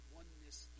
oneness